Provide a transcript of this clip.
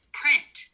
print